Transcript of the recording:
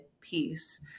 piece